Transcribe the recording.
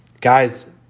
Guys